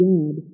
God